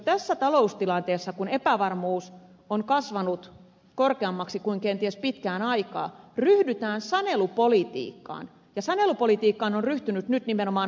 tässä taloustilanteessa kun epävarmuus on kasvanut korkeammaksi kuin kenties pitkään aikaan ryhdytään sanelupolitiikkaan ja sanelupolitiikkaan on ryhtynyt nyt nimenomaan hallitus